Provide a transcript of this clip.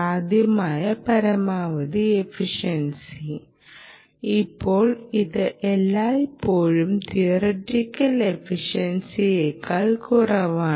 സാധ്യമായ പരമാവധി എഫിഷൻസി ഇപ്പോൾ ഇത് എല്ലായ്പ്പോഴും തിയറെറ്റിക്കൽ എഫിഷ്യൻസിയേക്കാൾ കുറവാണ്